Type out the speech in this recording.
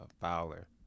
Fowler